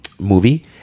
movie